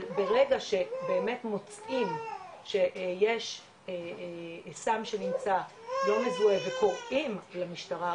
אבל ברגע באמת מוצאים שיש סם שנמצא לא מזוהה וקוראים למשטרה,